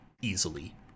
easily